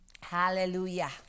Hallelujah